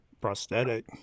prosthetic